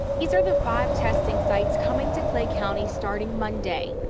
these are the five testing sites coming to clay county starting monday.